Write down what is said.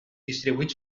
distribuït